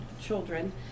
children